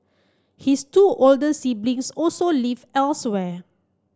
his two older siblings also live elsewhere